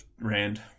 Rand